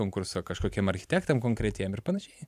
konkurso kažkokiem architektam konkretiem ir panašiai